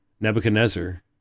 Nebuchadnezzar